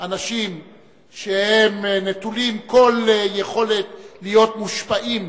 אנשים שהם נטולים כל יכולת להיות מושפעים,